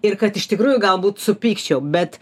ir kad iš tikrųjų galbūt supykčiau bet